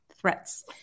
Threats